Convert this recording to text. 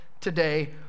today